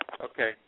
Okay